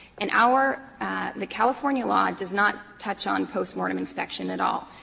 and our the california law does not touch on post-mortem inspection at all.